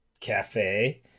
Cafe